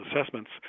assessments